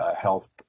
health